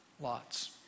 Lots